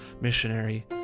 missionary